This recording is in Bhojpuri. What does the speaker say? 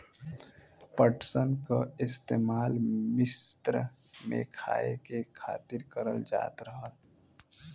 पटसन क इस्तेमाल मिस्र में खाए के खातिर करल जात रहल